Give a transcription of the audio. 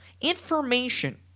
information